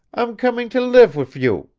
i'm comin' to live wiv you!